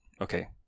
Okay